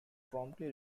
promptly